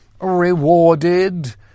rewarded